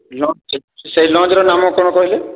lodge ସେଇ ଲଜର ନାମ କ'ଣ କହିଲେ